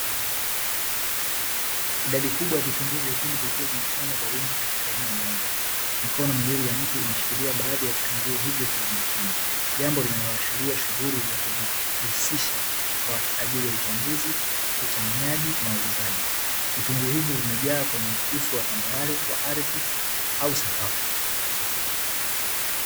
Idadi kubwa ya vitunguu vyekundu vikiwa vimekusanywa kwa wingi katika eneo moja. Mikono miwili ya mtu inashikilia baadhi ya vitunguu hivyo kwa umakini, jambo linaloashiria shughuli ya kuvihusisha kwa ajili ya uchambuzi, uchanganyaji na uuzaji. Vitunguu hivyo vimejaa kwenye uso wa tambarare wa ardhi au sakafu.